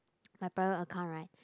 my private account right